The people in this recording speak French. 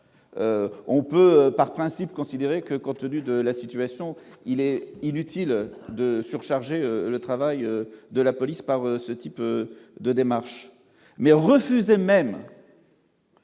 on peut par principe considéré que, compte tenu de la situation, il est inutile de surcharger le travail de la police, par ce type de démarche mais refusé même.